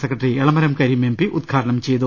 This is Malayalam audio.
സെക്രട്ടറി എളമരം കരീം എംപി ഉദ്ഘാടനം ചെയ്തു